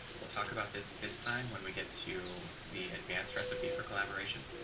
we'll talk about the this time when we get to the advanced recipe for collaboration.